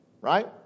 right